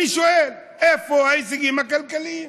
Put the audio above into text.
אני שואל: איפה ההישגים הכלכליים?